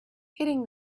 hitting